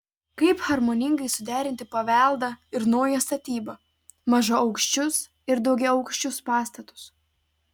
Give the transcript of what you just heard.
kaip harmoningai suderinti paveldą ir naują statybą mažaaukščius ir daugiaaukščius pastatus